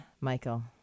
Michael